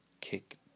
kick